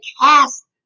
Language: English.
cast